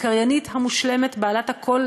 הקריינית המושלמת בעלת הקול,